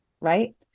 right